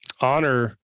honor